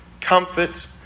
comfort